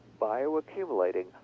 bioaccumulating